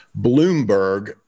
Bloomberg